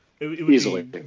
easily